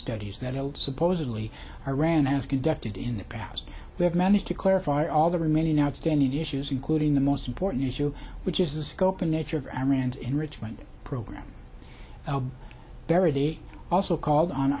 studies that supposedly iran has conducted in the past we have managed to clarify all the remaining outstanding issues including the most important issue which is the scope and nature of amerind enrichment program very they also called on